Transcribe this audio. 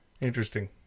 Interesting